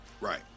Right